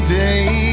day